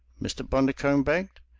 mr. bundercombe begged.